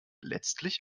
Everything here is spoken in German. letztlich